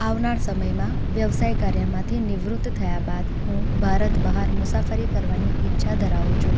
આવનાર સમયમાં વ્યવસાયિક કાર્યમાંથી નિવૃત્ત થયા બાદ હું ભારત બહાર મુસાફરી કરવાની ઈચ્છા ધરાવું છું